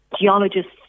geologists